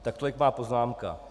Tak tolik má poznámka.